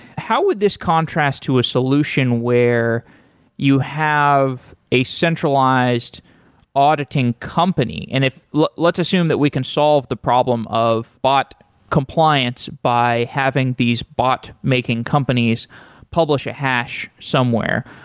how would this contrast to a solution where you have a centralized auditing company? and like let's assume that we can solve the problem of bot compliance by having these bot making companies publish a hash somewhere.